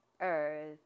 earth